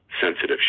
sensitive